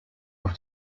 auf